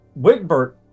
Wigbert